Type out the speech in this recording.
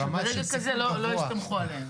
ברמה של סיכון גבוה --- שברגע כזה לא יסתמכו עליהם.